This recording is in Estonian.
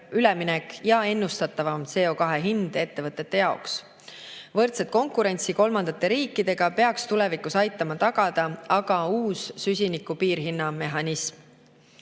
üleminek ja ennustatavam CO2hind ettevõtete jaoks. Võrdset konkurentsi kolmandate riikidega peaks tulevikus aitama tagada aga uus süsiniku piirimehhanism.